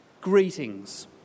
greetings